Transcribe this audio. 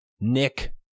Nick